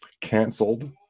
canceled